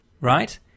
right